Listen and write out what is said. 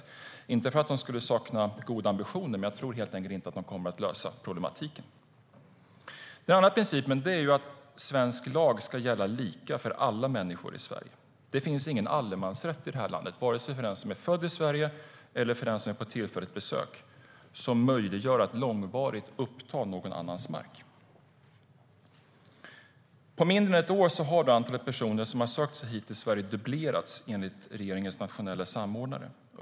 Jag är inte skeptisk för att jag tror att de saknar goda ambitioner, men jag tror helt enkelt inte att de kommer att lösa problematiken. Den andra principen är att svensk lag ska gälla lika för alla människor i Sverige. Det finns ingen allemansrätt i det här landet, vare sig för den som är född i Sverige eller för den som är på tillfälligt besök, som möjliggör att långvarigt uppta någon annans mark. På mindre än ett år har antalet personer som har sökt sig till Sverige dubblerats, enligt regeringens nationella samordnare.